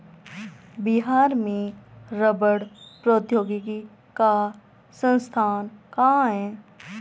बिहार में रबड़ प्रौद्योगिकी का संस्थान कहाँ है?